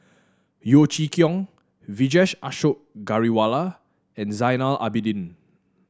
Yeo Chee Kiong Vijesh Ashok Ghariwala and Zainal Abidin